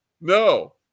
No